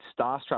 starstruck